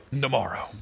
tomorrow